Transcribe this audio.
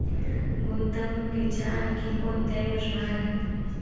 गुंतवणुकीच्या आणखी कोणत्या योजना आहेत?